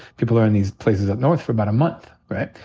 people are in these places up north for about a month, right?